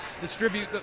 distribute